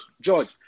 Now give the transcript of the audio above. George